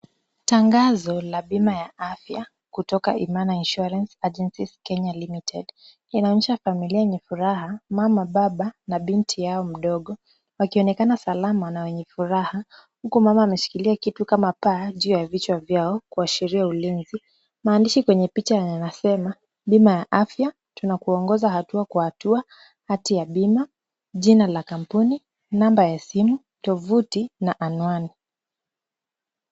Tangazo la bima ya afya kutoka Imana insurance agencies Kenya Limited inaonyesha familia yenye furaha, mama, baba na binti yao mdogo wakionekana salama na wenye furaha huku mama ameshikilia kitu kama paa juu ya vichwa vyao kuashiria ulinzi. Maandishi kwenye picha yanasema bima ya afya tunakuongoza hatua kwa hatua, hati ya bima, jina la kampuni, namba ya simu, tovuti na anwani.